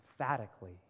emphatically